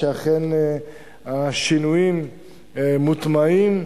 שאכן השינויים מוטמעים,